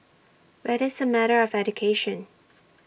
but it's A matter of education